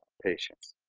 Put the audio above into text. patients.